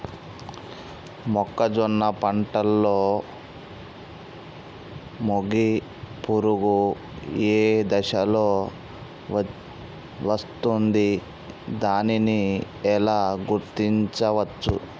మొక్కజొన్న పంటలో మొగి పురుగు ఏ దశలో వస్తుంది? దానిని ఎలా గుర్తించవచ్చు?